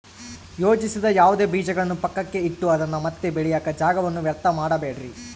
ಯೋಜಿಸದ ಯಾವುದೇ ಬೀಜಗಳನ್ನು ಪಕ್ಕಕ್ಕೆ ಇಟ್ಟು ಅದನ್ನ ಮತ್ತೆ ಬೆಳೆಯಾಕ ಜಾಗವನ್ನ ವ್ಯರ್ಥ ಮಾಡಬ್ಯಾಡ್ರಿ